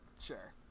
Sure